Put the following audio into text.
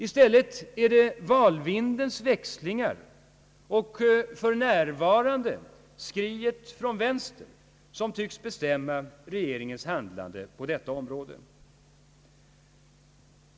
I stället är det valvindens växlingar och för närvarande skriet från vänster som tycks bestämma regeringens handlande på detta område.